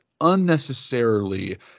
unnecessarily